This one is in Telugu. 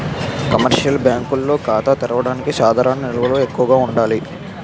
కమర్షియల్ బ్యాంకుల్లో ఖాతా తెరవడానికి సాధారణ నిల్వలు ఎక్కువగా ఉండాలి